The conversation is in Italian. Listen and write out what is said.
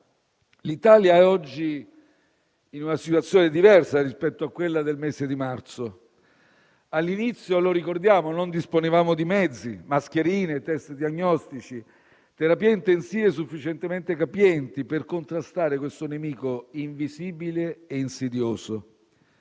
L'Italia è oggi in una situazione diversa rispetto a quella del mese di marzo: all'inizio - lo ricordiamo - non disponevamo di mezzi - mascherine, test diagnostici, terapie intensive sufficientemente capienti - per contrastare questo nemico invisibile e insidioso.